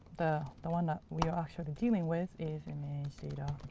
the the one that we are actually dealing with is image data.